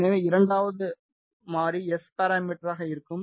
எனவே இரண்டாவது மாறி எஸ் பாராமீட்டராக இருக்கும்